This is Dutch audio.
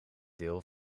deel